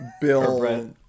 Bill